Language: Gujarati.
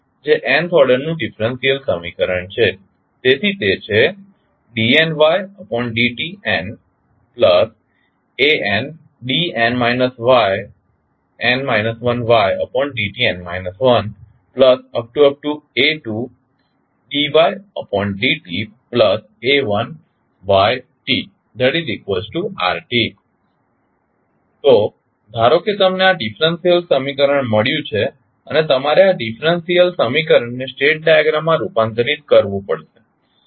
જે nth ઓર્ડરનું ડીફરન્સીયલ સમીકરણ છે તેથી તે છે dnydtnandn 1ydtn 1a2dytdta1ytrt તો ધારો કે તમને આ ડીફરન્સીયલ સમીકરણ મળ્યું છે અને તમારે આ ડીફરન્સીયલ સમીકરણને સ્ટેટ ડાયાગ્રામમાં રૂપાંતર કરવું પડશે